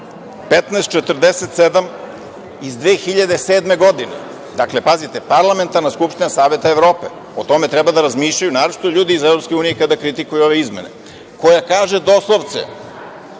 1547 iz 2007. godine, dakle, Parlamentarna skupština Saveta Evrope. O tome treba da razmišljaju, naročito ljudi iz EU kada kritikuju ove izmene koja kaže doslovce